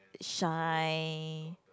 shine